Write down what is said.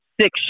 six